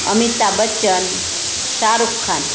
Amitabh Bachchan Shahrukh Khan